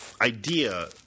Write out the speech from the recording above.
idea